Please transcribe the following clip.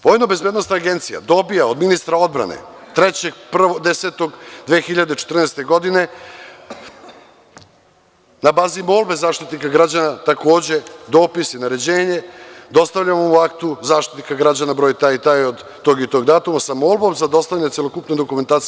Vojnobezbednosna agencija dobija od ministra odbrane 3.10.2014. godine na bazi molbe Zaštitnika građana takođe dopis i naređenje dostavljeno u aktu Zaštitnika građana broj taj i taj od tog i tog datuma, sa molbom za dostavljanje celokupne dokumentacije.